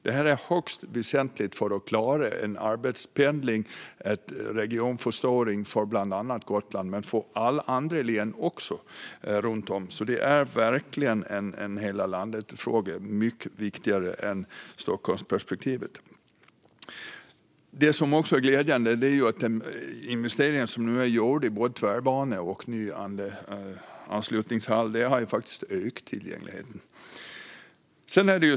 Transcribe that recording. Det här är högst väsentligt för att klara en arbetspendling och en regionförstoring för bland annat Gotland, men det gäller även alla andra län. Det är verkligen en fråga för hela landet och mycket viktigare än Stockholmsperspektivet. Det är också glädjande att investeringar som nu är gjorda i både Tvärbanan och ny anslutningshall faktiskt har ökat tillgängligheten.